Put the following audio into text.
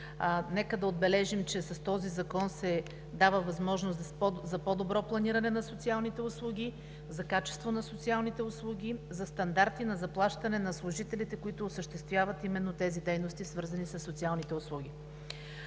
Нека да отбележим, че с този закон се дава възможност за по-добро планиране на социалните услуги, за качество на социалните услуги, за стандарти на заплащане на служителите, които осъществяват именно тези дейности, свързани със социалните услуги.